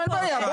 אין בעיה,